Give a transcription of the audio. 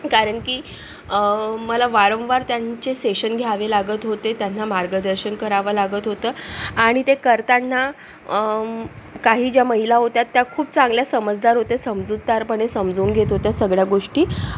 कारण की मला वारंवार त्यांचे सेशन घ्यावे लागत होते त्यांना मार्गदर्शन करावं लागत होतं आणि ते करताना काही ज्या महिला होत्या त्या खूप चांगल्या समजदार होत्या समजूतदारपणे समजून घेत होत्या सगळ्या गोष्टी